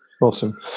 Awesome